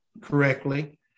correctly